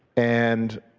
and